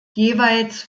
jeweils